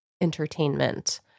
entertainment